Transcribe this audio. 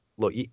Look